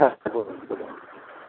আচ্ছা বলুন বলুন